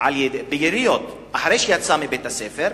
ביריות אחרי שיצא מבית-הספר.